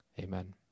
Amen